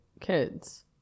kids